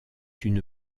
une